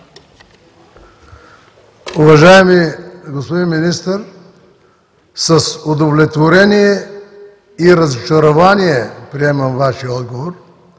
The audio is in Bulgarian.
Уважаеми господин Министър, с удовлетворение и разочарование приемам Вашия отговор.